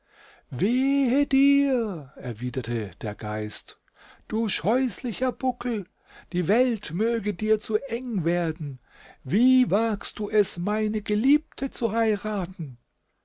erwiderte der geist du scheußlicher buckel die welt möge dir zu eng werden wie wagst du es meine geliebte zu heiraten